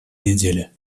неделе